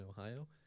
Ohio